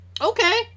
Okay